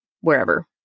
wherever